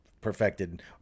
perfected